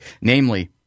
Namely